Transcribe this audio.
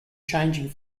changing